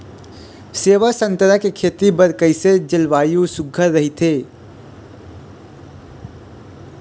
सेवा संतरा के खेती बर कइसे जलवायु सुघ्घर राईथे?